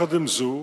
עם זאת,